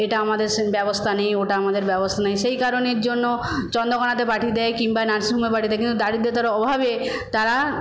এটা আমাদের সেই ব্যবস্থা নেই ওটা আমাদের ব্যবস্থা নেই সেই কারণের জন্য চন্দ্রকোনাতে পাঠিয়ে দেয় কিংবা নার্সিংহোমে পাঠিয়ে দেয় কিন্তু দারিদ্রতার অভাবে তারা